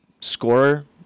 scorer